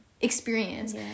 experience